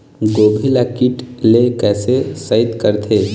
गोभी ल कीट ले कैसे सइत करथे?